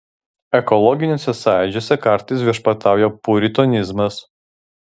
ekologiniuose sąjūdžiuose kartais viešpatauja puritonizmas